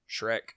Shrek